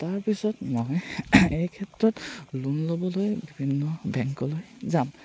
তাৰপিছত মই এই ক্ষেত্ৰত লোন ল'বলৈ বিভিন্ন বেংকলৈ যাম